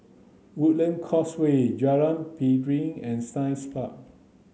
Woodland Causeway Jalan Piring and Science Park